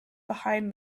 behind